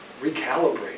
recalibrate